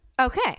Okay